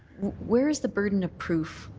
where is the burden of proof?